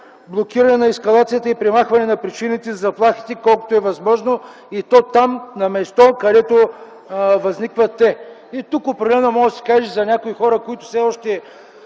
блокиране на ескалацията и премахване на причините за заплахи, колкото е възможно, и то там, на място, където те възникват. Тук определено може да се каже за някои хора, които все още